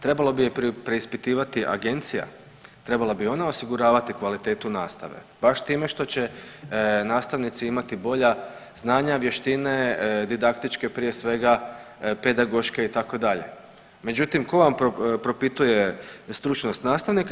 Trebalo bi je preispitivati Agencija, trebala bi ona osiguravati kvalitetu nastave, baš time što će nastavnici imati bolja znanja, vještine, didaktičke, prije svega, pedagoške, itd., međutim, tko vam propisuje stručnost nastavnika?